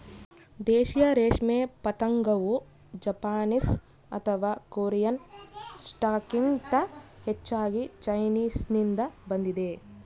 ದೇಶೀಯ ರೇಷ್ಮೆ ಪತಂಗವು ಜಪಾನೀಸ್ ಅಥವಾ ಕೊರಿಯನ್ ಸ್ಟಾಕ್ಗಿಂತ ಹೆಚ್ಚಾಗಿ ಚೈನೀಸ್ನಿಂದ ಬಂದಿದೆ